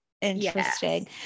Interesting